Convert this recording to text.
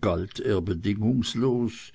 galt er bedingungslos